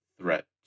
threat